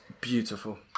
beautiful